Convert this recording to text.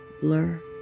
blur